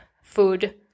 food